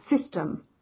system